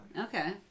Okay